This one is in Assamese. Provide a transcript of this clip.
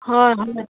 হয় হয়